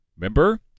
Remember